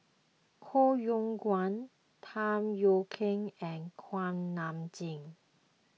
Koh Yong Guan Tham Yui Kai and Kuak Nam Jin